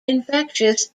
infectious